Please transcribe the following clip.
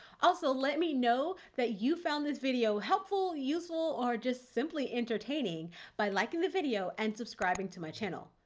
also, let me know that you found this video helpful, useful, or just simply entertaining by liking the video and subscribing to my channel.